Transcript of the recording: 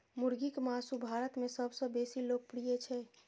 मुर्गीक मासु भारत मे सबसं बेसी लोकप्रिय छै